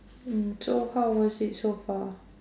mm so how was it so far